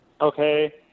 Okay